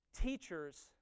teachers